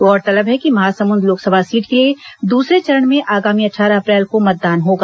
गौरतलब है कि महासमुंद लोकसभा सीट के लिए दूसरे चरण में आगामी अट्ठारह अप्रैल को मतदान होगा